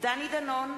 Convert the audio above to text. דני דנון,